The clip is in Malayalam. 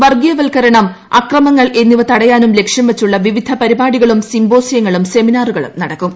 വർഗ്ഗീയവൽക്കരണം അക്രമങ്ങൾ എന്നിവ തടയാനും ലക്ഷ്യംവച്ചുള്ള വിവിധ പരിപാടികളും സിംപോസിയങ്ങളും ഉസ്മിനാറുകളും നടക്കും